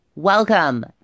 Welcome